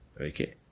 Okay